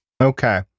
Okay